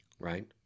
Right